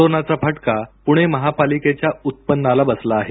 corona चा फटका पूणे महापालिकेच्या उत्पन्नाला बसला आहे